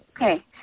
okay